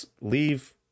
leave